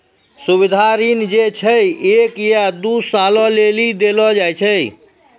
सावधि ऋण जे छै एक या दु सालो लेली देलो जाय छै